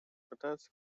пытаются